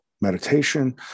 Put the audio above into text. meditation